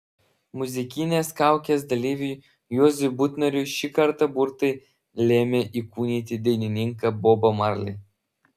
muzikinės kaukės dalyviui juozui butnoriui šį kartą burtai lėmė įkūnyti dainininką bobą marley